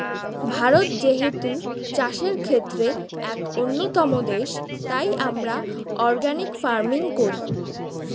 ভারত যেহেতু চাষের ক্ষেত্রে এক অন্যতম দেশ, তাই আমরা অর্গানিক ফার্মিং করি